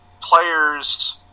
players